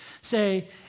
say